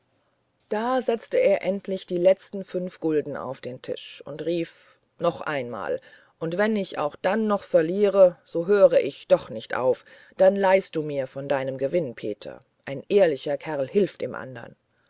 da setzte er endlich die letzten fünf gulden auf den tisch und rief noch einmal und wenn ich auch den noch verliere so höre ich doch nicht auf dann leihst du mir von deinem gewinn peter ein ehrlicher kerl hilft dem andern